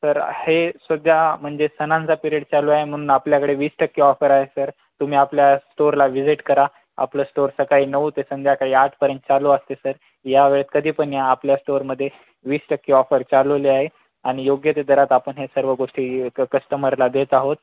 sir हे सध्या म्हणजे सणांचा पिरियड चालू आहे म्हणून आपल्याकडे वीस टक्के ऑफर आहे सर तुम्ही आपल्या स्टोअरला व्हिजिट करा आपलं स्टोर सकाळी नऊ ते संध्याकाळी आठपर्यंत चालू असते सर या वेळेत कधीपण या आपल्या स्टोरमध्ये वीस टक्के ऑफर चालवले आहे आणि योग्य ते दरात आपण हे सर्व गोष्टी क कस्टमरला देत आहोत